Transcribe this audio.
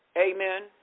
Amen